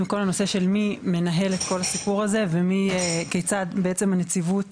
הנושא של מי מנהל את כל הסיפור הזה וכיצד הנציבות